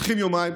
הולכים יומיים,